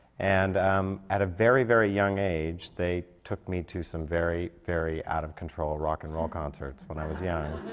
and um at a very, very young age, they took me to some very, very out-of-control rock-and-roll concerts when i was young.